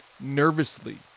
nervously